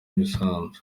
ibisanzwe